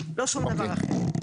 לא שום דבר אחר.